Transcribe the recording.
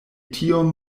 tiom